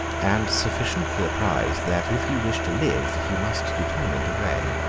and sufficiently apprised, that if he wished to live he must determine to reign.